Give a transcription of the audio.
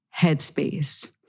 headspace